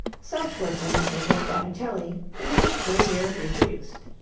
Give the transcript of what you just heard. such was the message of botticelli in the picture here reproduced.